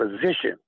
position